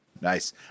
Nice